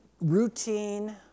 routine